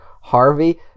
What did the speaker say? Harvey